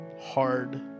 hard